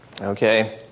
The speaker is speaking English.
Okay